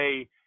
say